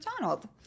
Donald